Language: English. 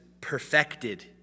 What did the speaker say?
perfected